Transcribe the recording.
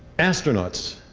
astronauts,